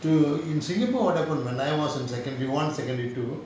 so in singapore what happened when I was in secondary one secondary two